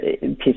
piece